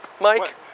Mike